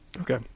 okay